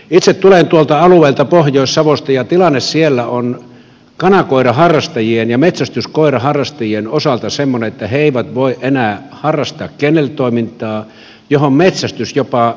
itse tulen tuolta alueelta pohjois savosta ja tilanne siellä on kanakoiraharrastajien ja metsästyskoiraharrastajien osalta semmoinen että he eivät voi enää harrastaa kenneltoimintaa johon metsästys jopa vähemmistöosana kuuluu